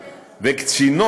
לונדון.